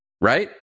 right